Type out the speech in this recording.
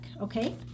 okay